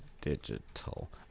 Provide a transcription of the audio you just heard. digital